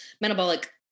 metabolic